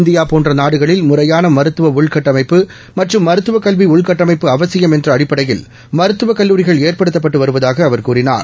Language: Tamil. இந்தியா போன்ற நாடுகளில் முறையாள மருத்துவ உள்கட்டமைப்பு மற்றம் மருத்துவக் கல்வி உள்கட்டமைப்பு அவசியம் என்ற அடிப்படையில் மருத்துவ கல்லூரிகள் ஏற்படுத்தப்பட்டு வருவதாகக் அவர் கூறினார்